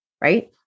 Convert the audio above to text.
Right